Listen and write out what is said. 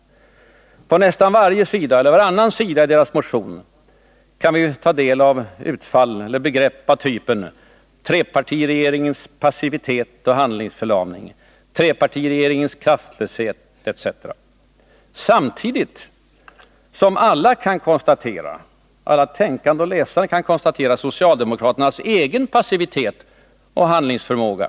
På varannan sida i motionen kan vi ta del av utfall eller begrepp av typen ”trepartiregeringens passivitet och handlingsförlamning”, ”trepartiregeringens kraftlöshet” etc. Detta kan vi göra samtidigt som alla tänkande läsare kan konstatera socialdemokraternas egen passivitet och handlingsoförmåga.